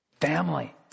family